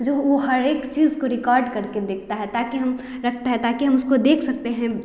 जो वह हर एक चीज़ को रिकॉर्ड करके देखता है ताकि हम रखते हैं ताकि हम उसको देख सकते हैं